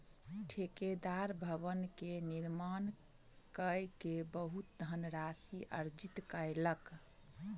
ठेकेदार भवन के निर्माण कय के बहुत धनराशि अर्जित कयलक